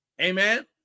amen